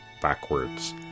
backwards